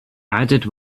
added